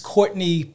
Courtney